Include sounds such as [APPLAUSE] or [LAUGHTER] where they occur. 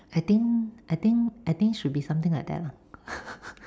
I think I think I think should be something like that lah [LAUGHS]